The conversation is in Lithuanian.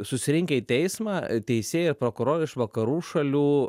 susirinkę į teismą teisėjai ir prokurorai iš vakarų šalių